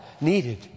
needed